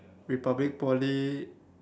republic Poly